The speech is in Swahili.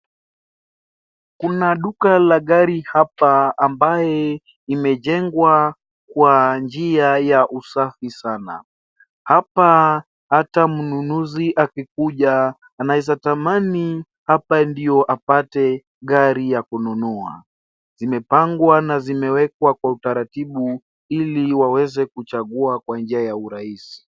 Kuna duka la gari hapa ambaye imejengwa kwa njia ya usafi sana. Hapa ata mnunuzi akikuja, anaweza tamani hapa ndio apate gari ya kununua. Zimepangwa na zimewekwa kwa utaratibu ili waweze kuchagua kwa njia ya urahisi.